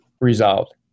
resolved